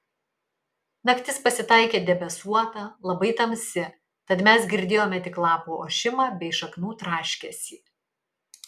naktis pasitaikė debesuota labai tamsi tad mes girdėjome tik lapų ošimą bei šaknų traškesį